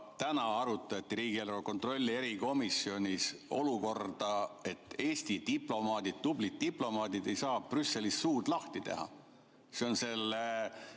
täna arutati riigieelarve kontrolli erikomisjonis olukorda, et Eesti diplomaadid, tublid diplomaadid, ei saa Brüsselis suud lahti teha. See on maailma